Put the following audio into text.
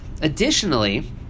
Additionally